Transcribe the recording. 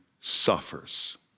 suffers